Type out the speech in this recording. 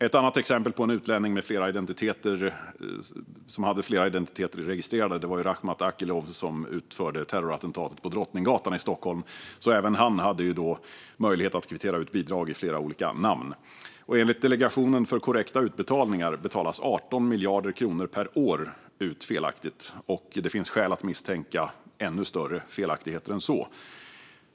Ett annat exempel på en utlänning som hade flera identiteter registrerade är Rakhmat Akilov, som utförde terrorattentatet på Drottninggatan i Stockholm. Även han hade möjlighet att kvittera ut bidrag i flera olika namn. Enligt Delegationen för korrekta utbetalningar betalas 18 miljarder kronor per år ut felaktigt, och det finns skäl att misstänka ännu större felaktigheter än så.